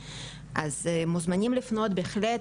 אתם מוזמנים לפנות בהחלט,